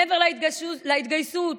מעבר להתגייסות